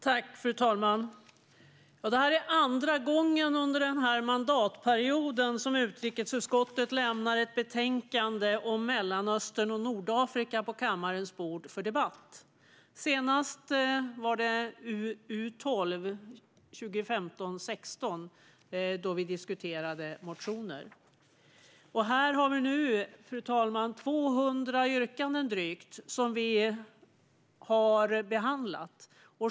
Fru talman! Det här är andra gången under denna mandatperiod som utrikesutskottet lämnar ett betänkande om Mellanöstern och Nordafrika på kammarens bord för debatt. Senast var det UU12 2015/16, då vi diskuterade motioner. Här har vi nu, fru talman, drygt 200 yrkanden som vi har behandlat.